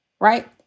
right